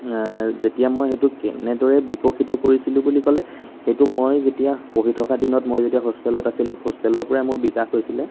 যেতিয়া মই সেইটো কেনেদৰে বিকশিত কৰিছিলোঁ বুলি ক'লে সেইটো মই যেতিয়া পঢ়ি থকা দিনত মই যেতিয়া হোষ্টেলত আছিলোঁ হোষ্টেলৰ পৰাই মোৰ বিকাশ হৈছে